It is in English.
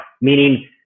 meaning